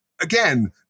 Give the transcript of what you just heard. again